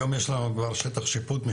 היום יש לנו כבר שטח שיפוט.